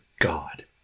God